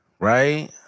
Right